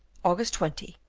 august twenty,